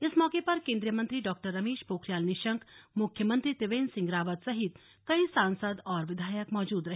इस मौके पर केंद्रीय मंत्री डॉ रमेश पोखरियाल निशंक मुख्यमंत्री त्रिवेंद्र सिंह रावत सहित कई सांसद और विधायक मौजूद रहे